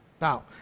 now